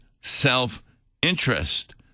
self-interest